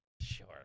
Sure